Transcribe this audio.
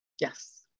Yes